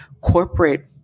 corporate